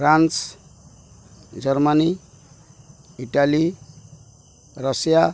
France Germany Italy Russia